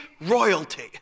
royalty